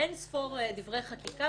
יש אין-ספור דברי חקיקה,